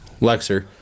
lexer